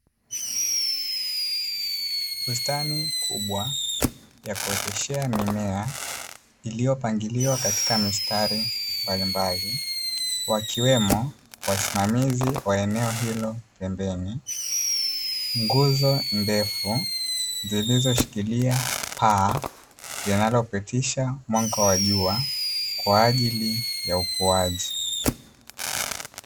Bustani kubwa ya kuoteshea mimea iliyopangiliwa katika mistari mbalimbali, wakiwemo wasimamizi wa eneo hilo pembeni, nguzo ndefu zilizoshikilia paa linalopitisha mwanga wa jua kwa ajili ya upoaji.